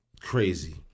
Crazy